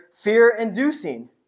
fear-inducing